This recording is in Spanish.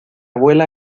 abuela